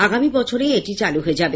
আগামী বছরেই এটি চালু হয়ে যাবে